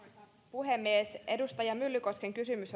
puhemies edustaja myllykosken kysymys